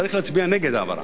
צריך להצביע נגד ההעברה.